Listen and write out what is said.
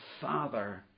father